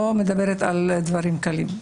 לא מדברת על דברים קלים.